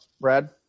Brad